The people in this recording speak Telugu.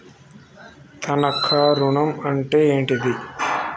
తనఖా ఋణం అంటే ఏంటిది?